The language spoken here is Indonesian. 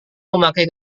memakai